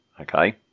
Okay